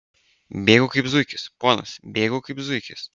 bėgu kaip zuikis ponas bėgu kaip zuikis